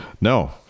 No